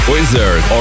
Wizard